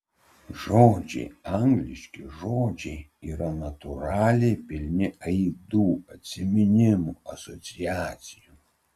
žodžiai angliški žodžiai yra natūraliai pilni aidų atsiminimų asociacijų